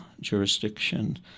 jurisdiction